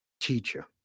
teacher